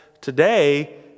today